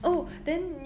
ya